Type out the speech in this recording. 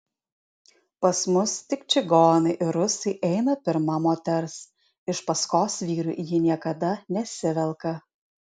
pas mus tik čigonai ir rusai eina pirma moters iš paskos vyrui ji niekada nesivelka